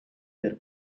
per